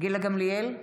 גילה גמליאל,